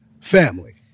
family